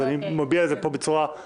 אז אני מביע את זה פה בצורה נחרצת.